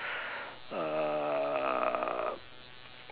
uh